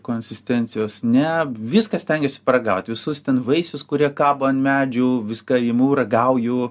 konsistencijos ne viską stengiuosi paragaut visus ten vaisius kurie kabo ant medžių viską imu ragauju